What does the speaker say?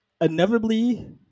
inevitably